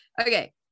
Okay